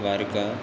वार्का